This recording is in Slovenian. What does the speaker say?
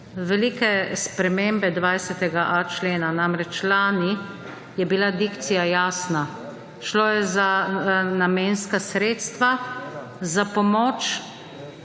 velike spremembe 20.a člena. Namreč, lani je bila dikcija jasna. Šlo je za namenska sredstva, za pomoč